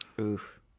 Oof